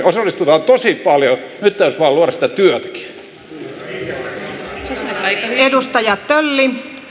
osallistutaan tosi paljon nyt täytyisi vain luoda sitä työtäkin